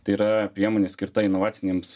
tai yra priemonė skirta inovacinėms